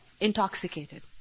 intoxicated